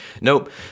nope